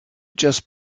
just